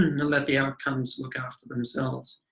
and let the outcomes look after themselves.